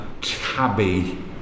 Tabby